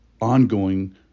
ongoing